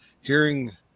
hearing